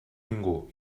ningú